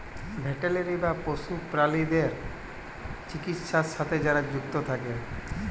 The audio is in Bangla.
ভেটেলারি বা পশু প্রালিদ্যার চিকিৎছার সাথে যারা যুক্ত থাক্যে